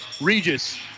Regis